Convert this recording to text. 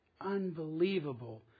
Unbelievable